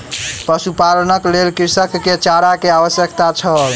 पशुपालनक लेल कृषक के चारा के आवश्यकता छल